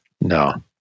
No